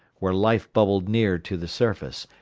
where life bubbled near to the surface,